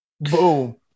Boom